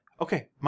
Okay